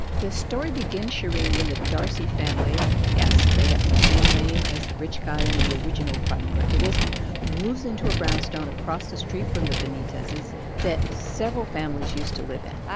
the story begins, shereen, when the darcy family yes, they have the same name as the rich guy in the original pride and prejudice moves into a brownstone across the street from the benitezes that several families used to live in ah,